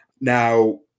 Now